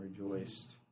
rejoiced